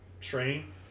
train